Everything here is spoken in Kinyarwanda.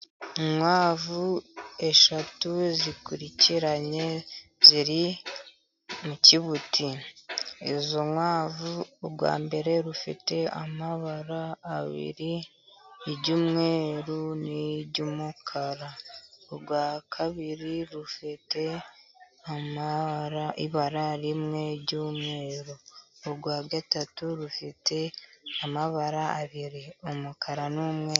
Inkwavu eshatu zikurikiranye ziri mu kibuti ,izo nkwavu urwa mbere rufite amabara abiri iry'umweru n'iry'umukara, urwa kabiri rufite ibara rimwe ry'umweru, urwa gatatu rufite amabara abiri, umukara n'umweru